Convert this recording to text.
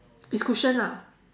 is cushion lah